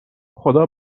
خدا